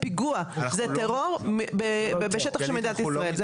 זה פיגוע, זה טרור בשטחה של מדינת ישראל.